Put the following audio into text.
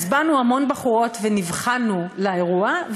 אז באנו המון בחורות ונבחנו לאירוע,